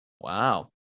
Wow